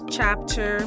Chapter